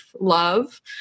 love